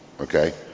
Okay